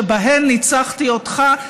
שבהן ניצחתי אותך,